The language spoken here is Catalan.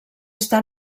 està